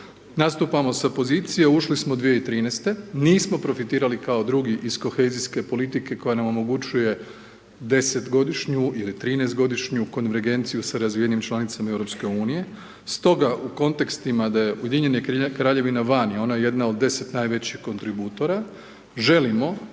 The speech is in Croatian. Nastupamo sa pozicije, ušli smo 2013. nismo profitirali kao drugi iz kohezijske politike, koja nam omogućuje desetgodišnju ili trinaestogodišnju konvergenciju sa razvijenim članicama EU. Stoga u kontekstima da je Ujedinjena Kraljevina vani, ona je jedna od najvećih kontributora. Želimo